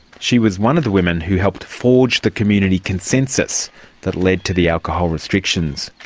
she was one of the women who helped forge the community consensus that led to the alcohol restrictions.